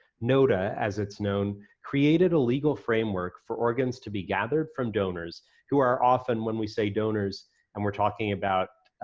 nota, as it's known, created a legal framework for organs to be gathered from donors who are often, when we say donors and we're talking about